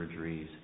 surgeries